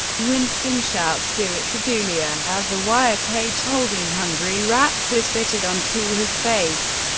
winston shouts do it to julia! as a wire cage holding hungry rats is fitted onto his face,